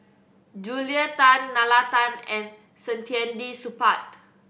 Julia Tan Nalla Tan and Saktiandi Supaat